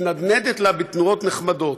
מתנדנדת לה בתנועות נחמדות.